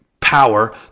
power